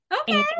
Okay